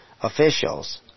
officials